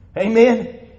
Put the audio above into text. Amen